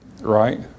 right